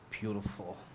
beautiful